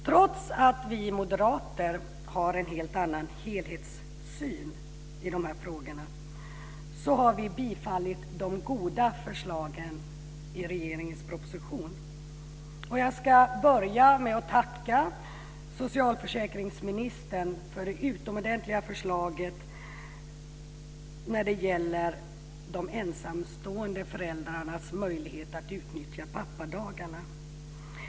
Trots att vi moderater har en helt annan helhetssyn i de här frågorna har vi bifallit de goda förslagen i regeringens proposition. Jag ska börja med att tacka socialförsäkringsministern för det utomordentliga förslaget när det gäller de ensamstående föräldrarnas möjlighet att utnyttja pappadagarna.